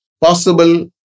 possible